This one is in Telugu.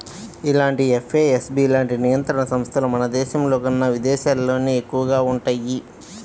ఇలాంటి ఎఫ్ఏఎస్బి లాంటి నియంత్రణ సంస్థలు మన దేశంలోకన్నా విదేశాల్లోనే ఎక్కువగా వుంటయ్యి